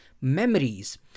memories